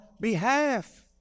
behalf